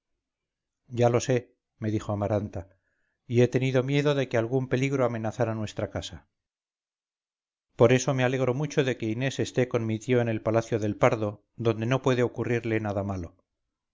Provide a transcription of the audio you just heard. ya lo sé me dijo amaranta y he tenido miedo de que algún peligro amenazara nuestra casa por eso me alegro mucho de que inés esté con mi tío en el palacio del pardo donde no puede ocurrirle nada malo